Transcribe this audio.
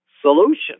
solution